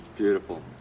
Beautiful